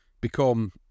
become